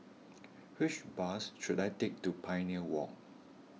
which bus should I take to Pioneer Walk